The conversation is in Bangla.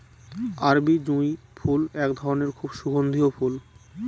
আরবি জুঁই ফুল এক ধরনের খুব সুগন্ধিও ফুল